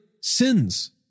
sins